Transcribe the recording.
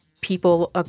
people